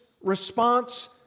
response